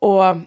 Och